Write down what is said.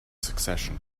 succession